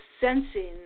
sensing